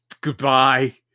goodbye